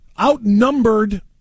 outnumbered